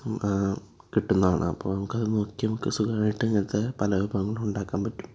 കിട്ടുന്നാണ് അപ്പോൾ അത് നോക്കി നമുക്ക് സുഖമായിട്ട് ഇങ്ങനത്തെ പല വിഭവങ്ങളും ഉണ്ടാക്കാൻ പറ്റും